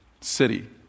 city